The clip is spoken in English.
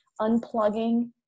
unplugging